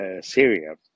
Syria